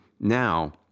Now